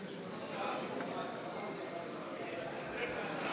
אנחנו נהיה אחראים לשטייניץ, אם נוכל.